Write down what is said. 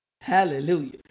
Hallelujah